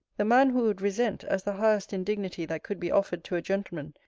the man who would resent, as the highest indignity that could be offered to a gentleman,